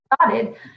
started